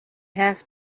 have